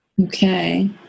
okay